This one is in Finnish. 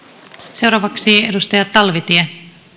seuraavaksi edustaja talvitie